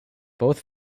both